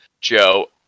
joe